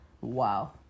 Wow